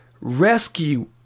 rescue